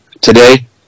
today